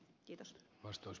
tähän ed